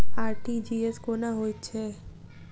RTGS कोना होइत छै?